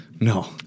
no